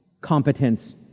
Competence